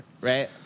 right